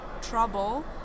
trouble